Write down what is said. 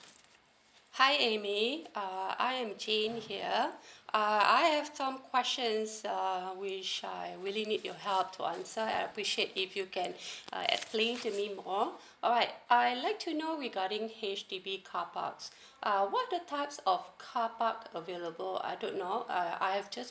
hi amy uh I'm jane here uh I have some questions um which I really need your help to answer I appreciate if you can uh explains to me more alright I like to know regarding H_D_B car parks uh what type of car park available I don't know uh I have just